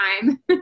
time